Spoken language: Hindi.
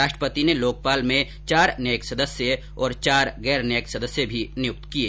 राष्ट्रपति ने लोकपाल में चार न्यायिक सदस्य और चार गैर न्यायिक सदस्य भी नियुक्त किए